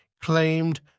claimed